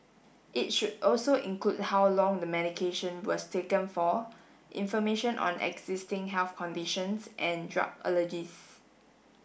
it should also include how long the medication was taken for information on existing health conditions and drug allergies